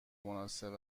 مناسب